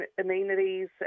amenities